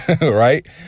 Right